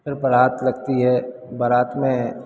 फिर बारात लगती है बारात में